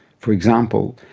for example,